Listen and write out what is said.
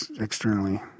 externally